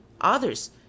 Others